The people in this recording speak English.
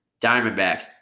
Diamondbacks